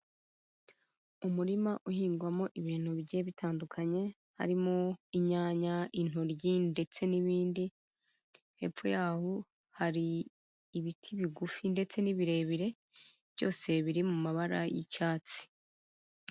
Umurima uhingwamo ibintu bigiye bitandukanye harimo inyanya, intoryi ndetse n'ibindi, hepfo yaho hari ibiti bigufi ndetse n'ibirebire byose biri mu mabara y'icyatsi.